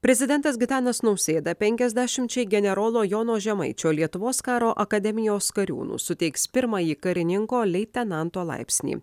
prezidentas gitanas nausėda penkiasdešimčiai generolo jono žemaičio lietuvos karo akademijos kariūnų suteiks pirmąjį karininko leitenanto laipsnį